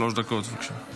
שלוש דקות, בבקשה.